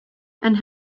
and